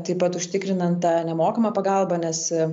taip pat užtikrinant tą nemokamą pagalbą nes